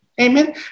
amen